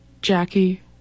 Jackie